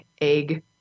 egg